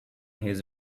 his